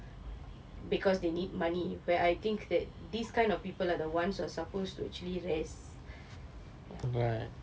because they need money where I think that this kind of people are the ones who are supposed to actually rest